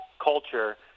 culture